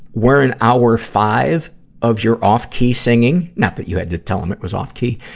we're in hour five of your off-key singing not that you had to tell him it was off-key